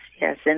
yes